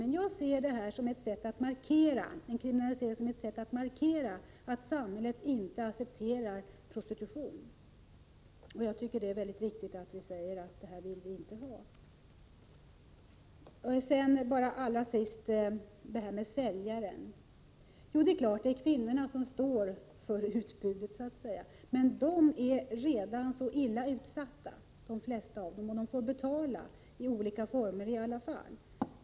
Men jag ser en kriminalisering som ett sätt att markera att samhället inte accepterar prostitution. Jag tycker att det är mycket viktigt att vi säger att vi inte vill ha detta. Allra sist frågan om säljaren. Det är klart att det är kvinnorna som står för utbudet så att säga. Men de flesta av dem är redan så illa utsatta och de får betala i olika former i alla fall.